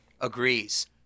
agrees